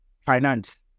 finance